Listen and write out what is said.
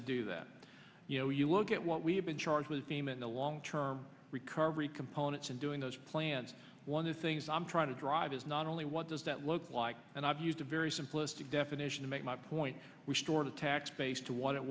to do that you know you look at what we have been charged with theme in the long term recovery components and doing those plans one of the things i'm trying to drive is not only what does that look like and i've used a very simplistic definition to make my point we store the tax base to what it